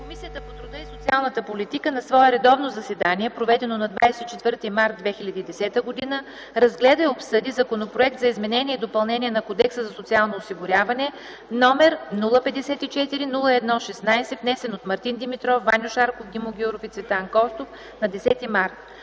Комисията по труда и социалната политика на свое редовно заседание, проведено на 24 март 2010 г., разгледа и обсъди Законопроект за изменение и допълнение на Кодекса за социално осигуряване, № 054-01-16, внесен от Мартин Димитров, Ваньо Шарков, Димо Гяуров и Цветан Костов на 10 март